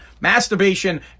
Masturbation